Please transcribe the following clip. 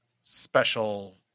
special